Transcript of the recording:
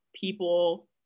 people